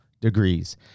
degrees